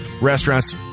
restaurants